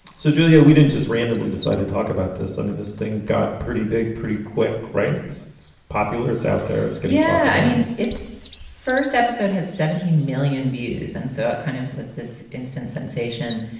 so, julia, we didn't just randomly decide to talk about this. i mean, this thing got pretty big, pretty quick, right? it's it's popular. it's out there. it's good. yeah i mean, its first episode has seventeen million views. and so it kind of was this instant sensation.